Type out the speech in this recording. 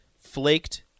flaked